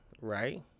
right